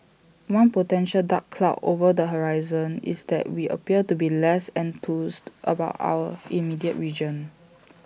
one potential dark cloud over the horizon is that we appear to be less enthused about our immediate region